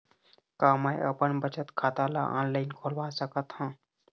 का मैं अपन बचत खाता ला ऑनलाइन खोलवा सकत ह?